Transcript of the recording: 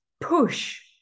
push